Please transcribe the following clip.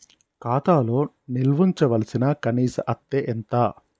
ఖాతా లో నిల్వుంచవలసిన కనీస అత్తే ఎంత?